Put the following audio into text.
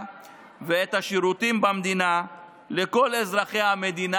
ואת השירותים במדינה לכל אזרחי המדינה.